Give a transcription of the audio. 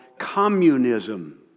communism